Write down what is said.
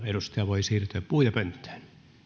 edustaja voi siirtyä puhujapönttöön